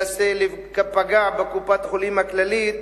פגע בקופת-חולים הכללית.